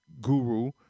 guru